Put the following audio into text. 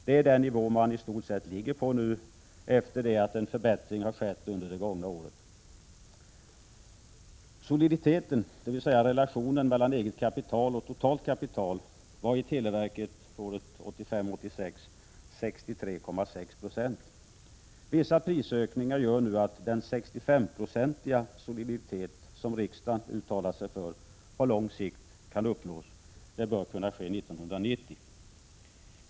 Det är istort sett den nivå man nu ligger på efter den förbättring som skett under det gångna året. Soliditeten, relationen mellan eget kapital och totalt kapital, var 63,6 90 i televerket 1985/86. Vissa prisökningar gör att den 65-procentiga soliditet som riksdagen uttalat sig för kan uppnås på sikt. Det bör kunna ske år 1990.